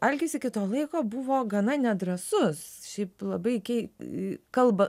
algis iki to laiko buvo gana nedrąsus šiaip labai kei kalba